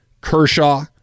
Kershaw